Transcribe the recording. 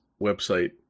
website